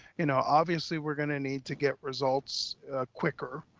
you know, obviously we're gonna need to get results quicker.